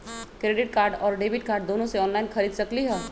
Credit card और debit card दोनों से ऑनलाइन खरीद सकली ह?